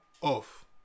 off